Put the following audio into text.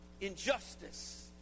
injustice